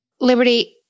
Liberty